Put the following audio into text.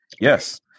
Yes